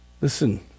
Listen